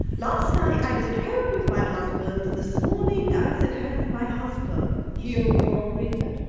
last night i was at home with my husband, and this morning i was at home with my husband. he'll corroborate that?